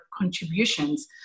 contributions